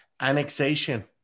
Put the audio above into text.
annexation